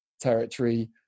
territory